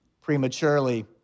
prematurely